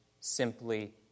simply